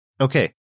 Okay